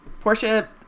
Portia